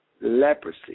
leprosy